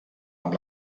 amb